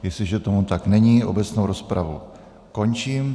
Jestliže tomu tak není, obecnou rozpravu končím.